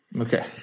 Okay